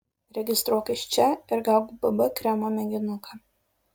registruokis čia ir gauk bb kremo mėginuką